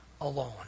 alone